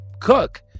Cook